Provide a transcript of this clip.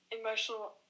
Emotional